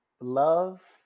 Love